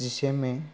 जिसे मे